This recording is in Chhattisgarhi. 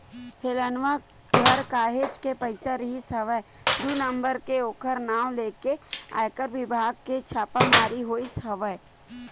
फेलनवा घर काहेच के पइसा रिहिस हवय दू नंबर के ओखर नांव लेके आयकर बिभाग के छापामारी होइस हवय